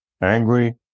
Angry